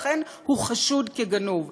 לכן הוא חשוד כגנוב.